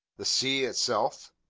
the sea itself?